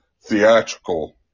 theatrical